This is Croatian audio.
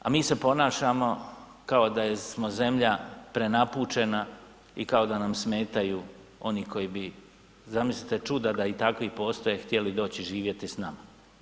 A mi se ponašamo kao da smo zemlja prenapučena i kao da nam smetaju, oni koji bi, zamislite čuda da i takvi postoje, htjeli doći živjeti s nama.